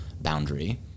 boundary